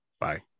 Bye